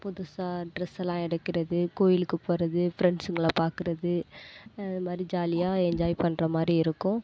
புதுசாக ட்ரெஸெல்லாம் எடுக்கிறது கோயிலுக்கு போகிறது ஃப்ரெண்ட்ஸுங்களை பார்க்குறது அதமாதிரி ஜாலியாக என்ஜாய் பண்ணுற மாதிரி இருக்கும்